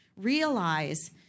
Realize